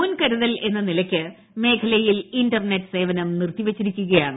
മുൻകരുതൽ എന്ന നിലയ്ക്ക് മേഖലയിൽ ഇൻ്റർനെറ്റ് സേവനം നിർത്തിവച്ചിരിക്കുകയാണ്